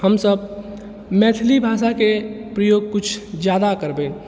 हमसब मैथिली भाषाके प्रयोग किछु ज्यादा करबै